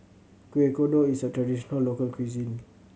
Kueh Kodok is a traditional local cuisine